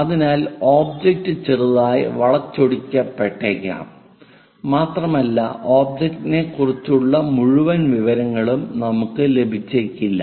അതിനാൽ ഒബ്ജക്റ്റ് ചെറുതായി വളച്ചൊടിക്കപ്പെട്ടേക്കാം മാത്രമല്ല ഒബ്ജക്റ്റിനെക്കുറിച്ചുള്ള മുഴുവൻ വിവരങ്ങളും നമുക്ക് ലഭിച്ചേക്കില്ല